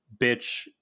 bitch